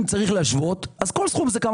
אם צריך להשוות, צריך להשוות, לא משנה מה